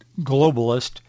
globalist